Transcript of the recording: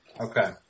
Okay